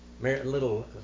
little